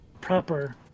proper